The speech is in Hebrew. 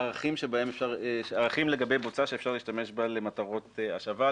ערכים לגבי בוצה שאפשר להשתמש בה למטרות השבה.